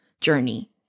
journey